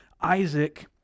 Isaac